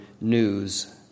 news